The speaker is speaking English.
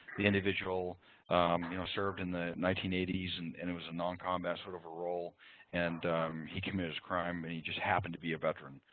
the individual you know served in the nineteen eighty s and and it was a non-combat sort of role and he committed a crime and he just happened to be a veteran.